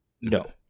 No